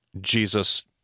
Jesus